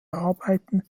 arbeiten